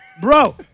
Bro